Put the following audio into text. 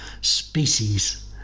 species